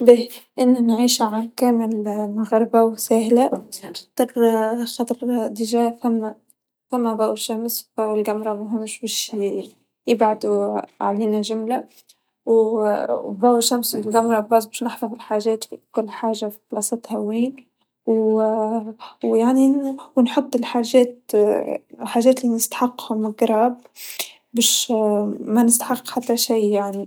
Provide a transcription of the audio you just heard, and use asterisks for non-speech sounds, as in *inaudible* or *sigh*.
ما بعرف *hesitation* ما جد فكرت من جبل *hesitation* إيش راح بصير لو إنه إنجطعت الكهرباء أو ما عاد في كهربا بالعالم لكن أعتقد إننا راح نرجع *hesitation* لهذا الزمان ،كيف كان الناس عايشين قبل الكهربا ؟بتجمعات أهلية وخروجات هيك أظن ما بعرف.